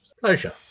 Pleasure